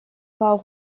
pas